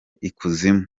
ikuzimu